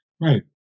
Right